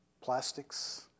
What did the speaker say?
plastics